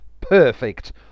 Perfect